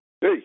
hey